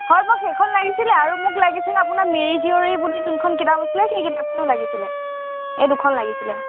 হয় মোক সেইখন লাগিছিলে আৰু মোক লাগিছিল আপোনাৰ মিৰি জীয়ৰি বুলি যোনখন কিতাপ আছিলে সেই কিতাপখনো লাগিছিলে এই দুখন লাগিছিলে